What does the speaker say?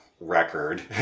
record